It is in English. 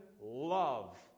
love